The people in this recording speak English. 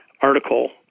article